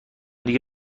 دیگه